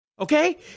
Okay